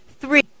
Three